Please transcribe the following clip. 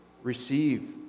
Receive